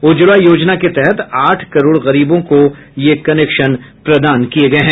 उज्ज्वला योजना के तहत आठ करोड़ गरीबों को ये कनेक्शन दिए गए हैं